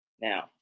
Now